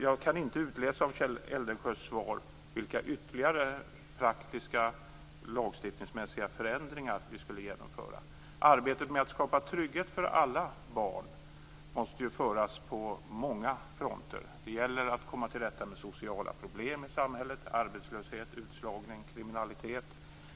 Jag kan inte utläsa av Kjell Eldensjös svar vilka ytterligare praktiska lagstiftningsmässiga förändringar vi skulle genomföra. Arbetet med att skapa trygghet för alla barn måste ju föras på många fronter. Det gäller att komma till rätta med sociala problem i samhället, arbetslöshet, utslagning, kriminalitet.